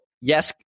yes